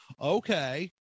okay